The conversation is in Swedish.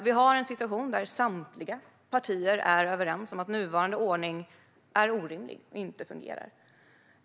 Vi har en situation där samtliga partier är överens om att nuvarande ordning är orimlig och inte fungerar.